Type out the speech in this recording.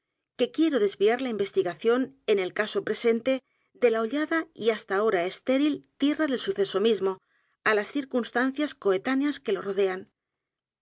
ese hecho quequiero desviarla investigación en el caso presente de la hollada y h a s t a ahora estéril tierra del suceso mismo á las circunstancias coetáneas que lo rodean